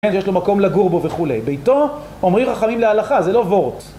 יש לו מקום לגור בו וכולי, ביתו אומרים חכמים להלכה זה לא וורט